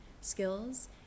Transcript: skills